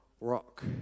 rock